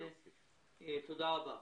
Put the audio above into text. תודה רבה.